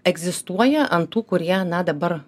egzistuoja ant tų kurie na dabar